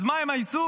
אז מה הם עשו?